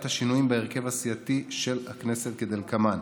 את השינויים בהרכב הסיעתי של הכנסת כדלקמן: